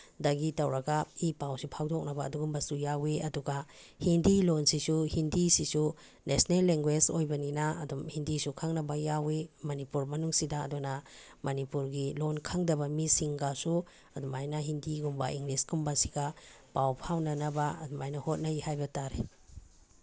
ꯗꯒꯤ ꯇꯧꯔꯒ ꯏ ꯄꯥꯎꯁꯦ ꯐꯥꯎꯗꯣꯛꯅꯕ ꯑꯗꯨꯒꯨꯝꯕꯁꯨ ꯌꯥꯎꯏ ꯑꯗꯨꯒ ꯍꯤꯟꯗꯤ ꯂꯣꯟꯁꯤꯁꯨ ꯍꯤꯟꯗꯤꯁꯤꯁꯨ ꯅꯦꯁꯅꯦꯜ ꯂꯦꯡꯒ꯭ꯋꯦꯁ ꯑꯣꯏꯅꯤꯅ ꯑꯗꯨꯝ ꯍꯤꯟꯗꯤꯁꯨ ꯈꯪꯅꯕ ꯌꯥꯎꯏ ꯃꯅꯤꯄꯨꯔ ꯃꯅꯨꯡꯁꯤꯗ ꯑꯗꯨꯅ ꯃꯅꯤꯄꯨꯔꯒꯤ ꯂꯣꯟ ꯈꯪꯗꯕ ꯃꯤꯁꯤꯡꯒꯁꯨ ꯑꯗꯨꯃꯥꯏꯅ ꯍꯤꯟꯗꯤꯒꯨꯝꯕ ꯏꯪꯂꯤꯁꯀꯨꯝꯕꯁꯤꯒ ꯄꯥꯎ ꯐꯥꯎꯅꯅꯕ ꯑꯗꯨꯃꯥꯏꯅ ꯍꯣꯠꯅꯩ ꯍꯥꯏꯕ ꯇꯥꯔꯦ